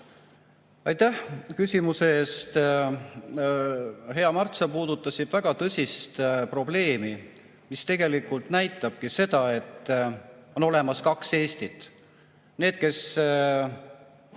Aitäh küsimuse eest! Hea Mart, sa puudutasid väga tõsist probleemi, mis tegelikult näitabki seda, et on olemas kaks Eestit. Need, kes